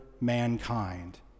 mankind